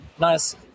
nice